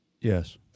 Yes